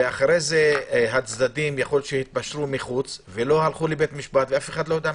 ואולי הצדדים התפשרו מחוץ ולא הלכו לבית המשפט ואף אחד לא יודע מזה.